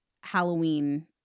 Halloween